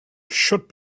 should